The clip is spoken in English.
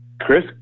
Chris